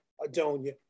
Adonia